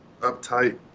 uptight